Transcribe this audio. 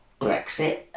Brexit